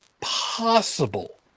possible